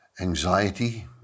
anxiety